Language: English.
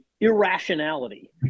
irrationality